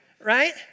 Right